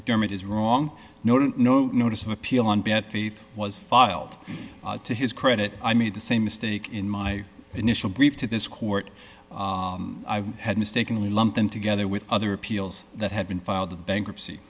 mcdermott is wrong noted no notice of appeal on bad teeth was filed to his credit i made the same mistake in my initial brief to this court i had mistakenly lump them together with other appeals that had been filed bankruptcy